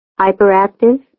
hyperactive